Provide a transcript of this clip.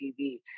tv